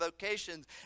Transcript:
vocations